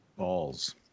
Balls